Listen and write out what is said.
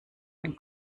den